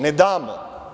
Ne damo.